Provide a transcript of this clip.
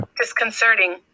disconcerting